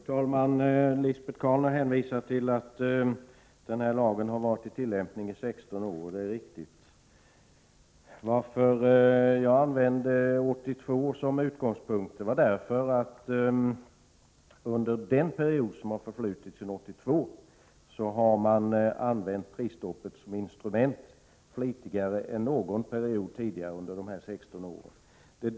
Herr talman! Lisbet Calner hänvisar till att den här lagen har varit i tillämpning i 16 år, och det är riktigt. Att jag använde år 1982 som utgångspunkt var därför att man under den period som förflutit sedan 1982 har använt prisstoppet som instrument flitigare än någon period tidigare under de här 16 åren.